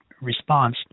Response